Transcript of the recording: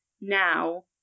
now